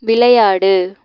விளையாடு